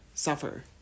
suffer